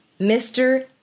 Mr